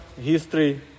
history